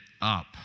up